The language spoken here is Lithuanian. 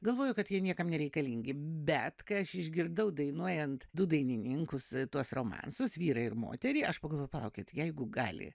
galvoju kad jie niekam nereikalingi bet kai aš išgirdau dainuojant du dainininkus tuos romansus vyrą ir moterį aš pagalvojau palaukit jeigu gali